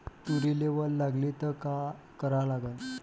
तुरीले वल लागली त का करा लागन?